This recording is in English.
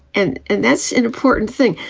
and and that's an important thing.